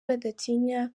badatinya